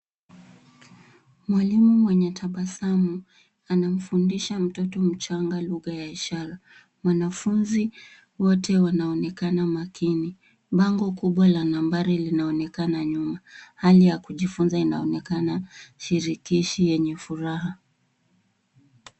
Mwalimu mwenye tabasamu, anamfundisha mtoto mchanga lugha ya ishara. Wanafunzi wote wanaonekana makini . Bango kubwa la nambari linaonekana nyuma. Hali ya kujifunza inaonekana shirikishi yenye furaha.